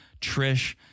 Trish